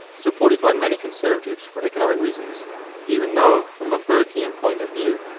supported by many conservatives for economic reasons even though, from a burkean point of view,